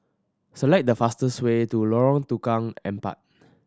select the fastest way to Lorong Tukang Empat